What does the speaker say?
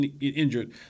injured